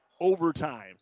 Overtime